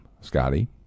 Scotty